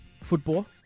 football